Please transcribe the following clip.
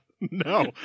No